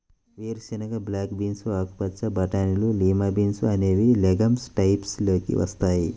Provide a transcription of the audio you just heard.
వేరుశెనగ, black beans, ఆకుపచ్చ బటానీలు, లిమా బీన్స్ అనేవి లెగమ్స్ టైప్స్ లోకి వస్తాయి